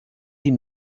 die